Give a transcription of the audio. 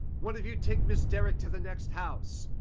one of you take miss derrick to the next house.